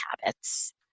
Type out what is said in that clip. habits